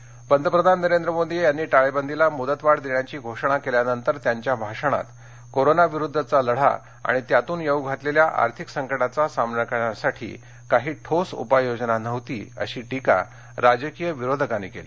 टाळेबंदी पंतप्रधान नरेंद्र मोदी यांनी टाळेबंदीला मुदतवाढ देण्याची घोषणा केल्यानंतर त्यांच्या भाषणात कोरोना विरुद्धवा लढा आणि त्यातून येऊ घातलेल्या आर्थिक संकटाचा सामना करण्यासाठी काही ठोस उपाय योजना नव्हती अशी टीका राजकीय विरोधकांनी केली